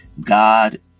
God